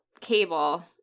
cable